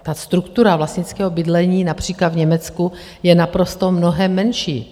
Ta struktura vlastnického bydlení například v Německu je naprosto mnohem menší.